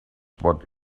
what